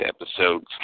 episodes